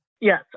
Yes